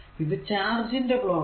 ഇത് ചാർജ് ന്റെ പ്ലോട്ട്